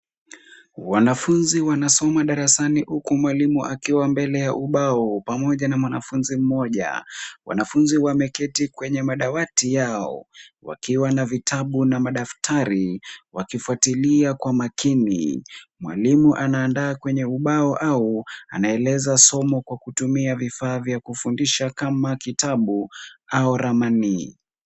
Wanafunzi wanasoma darasani huku mwalimu akiwa mbele ya ubao pamoja na mwanafunzi mmoja. Wanafunzi wameketi kwenye madawati yao wakiwa na vitabu na madaftari wakifuatilia kwa makini. Mwalimu anaandaa kwenye ubao au anaeleza somo kwa kutumia vifaa vya kufundisha kama kitabu au ramani.